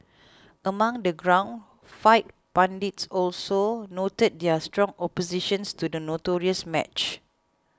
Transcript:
among the ground fight pundits also noted their strong oppositions to the notorious match